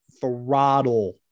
throttle